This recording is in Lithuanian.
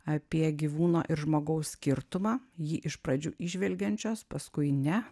apie gyvūno ir žmogaus skirtumą jį iš pradžių įžvelgiančios paskui ne